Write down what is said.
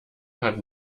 hat